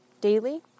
daily